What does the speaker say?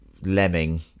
lemming